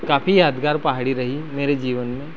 काफी यादगार पहाड़ी रही मेरे जीवन में